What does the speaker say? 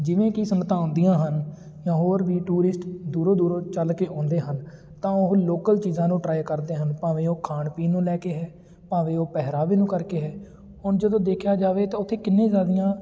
ਜਿਵੇਂ ਕਿ ਸੰਗਤਾਂ ਆਉਂਦੀਆਂ ਹਨ ਜਾਂ ਹੋਰ ਵੀ ਟੂਰਿਸਟ ਦੂਰੋਂ ਦੂਰੋਂ ਚੱਲ ਕੇ ਆਉਂਦੇ ਹਨ ਤਾਂ ਉਹ ਲੋਕਲ ਚੀਜ਼ਾਂ ਨੂੰ ਟਰਾਏ ਕਰਦੇ ਹਨ ਭਾਵੇਂ ਉਹ ਖਾਣ ਪੀਣ ਨੂੰ ਲੈ ਕੇ ਹੈ ਭਾਵੇਂ ਉਹ ਪਹਿਰਾਵੇ ਨੂੰ ਕਰਕੇ ਹੈ ਹੁਣ ਜਦੋਂ ਦੇਖਿਆ ਜਾਵੇ ਤਾਂ ਉੱਥੇ ਕਿੰਨੇ ਜ਼ਿਆਦੀਆਂ